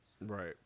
Right